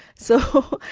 so,